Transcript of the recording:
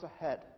ahead